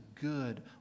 good